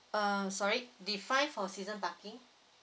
uh sorry define for season parking